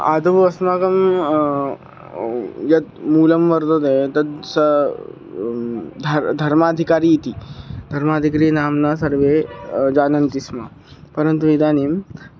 आदौ अस्माकं यत् मूलं वर्तते तत् स ध धर्माधिकारी इति धर्माधिकारिनाम्ना सर्वे जानन्ति स्म परन्तु इदानीं